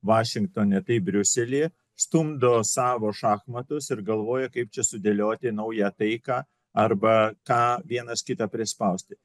vašingtone taip briusely stumdo savo šachmatus ir galvoja kaip čia sudėlioti naują taiką arba ką vienas kitą prispausti